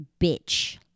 bitch